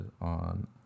on